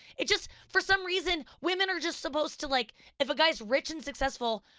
it just, for some reason, women are just supposed to, like if a guy's rich and successful,